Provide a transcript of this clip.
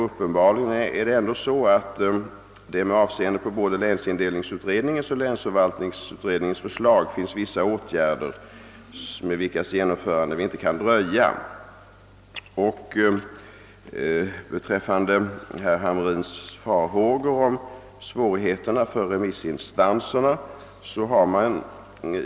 Uppenbarligen finns det med avseende på bå de länsindelningsutredningens och länsförvaltningsutredningens förslag vissa åtgärder med vilkas genomförande vi inte kan dröja. Beträffande herr Hamrins farhågor om svårigheterna för remissinstanserna får jag framhålla följande.